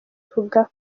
ivuga